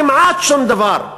כמעט שום דבר.